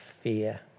fear